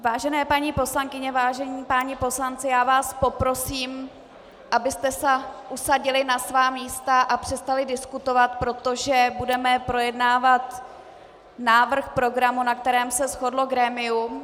Vážené paní poslankyně, vážení páni poslanci, já vás poprosím, abyste se usadili na svá místa a přestali diskutovat, protože budeme projednávat návrh programu, na kterém se shodlo grémium.